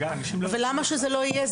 למה שזה לא יהיה?